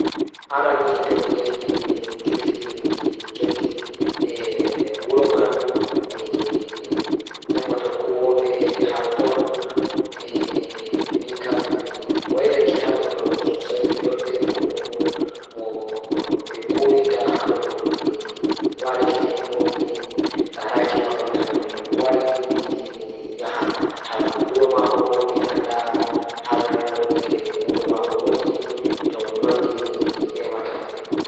Aran ni mi hebi mi yahi mi tepti mi emi e wuro man mi hebi mi tokki eh harton minkam mi wairake hado don sosai midon tefo bo moo mi be huwinta haado mi laraaki maako mi wari bo mi yidi mi yaha wuro mako bo mi andaa haa wuro mako woni toh non ni mi emata be.